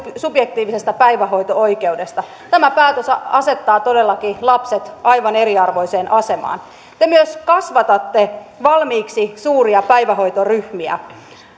subjektiivisesta päivähoito oikeudesta tämä päätös asettaa todellakin lapset aivan eriarvoiseen asemaan te myös kasvatatte valmiiksi suuria päivähoitoryhmiä